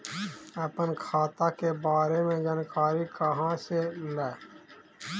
अपन खाता के बारे मे जानकारी कहा से ल?